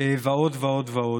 ועוד ועוד.